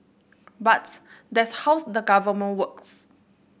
but that's how the Government works